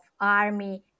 army